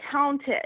counted